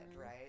right